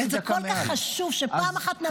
זה כל כך חשוב, שפעם אחת נבין מה עובר עליהם.